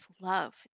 love